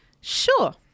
Sure